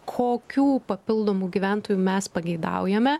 kokių papildomų gyventojų mes pageidaujame